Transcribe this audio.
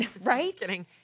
right